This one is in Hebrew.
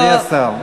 אדוני השר,